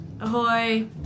Ahoy